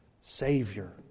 Savior